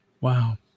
Wow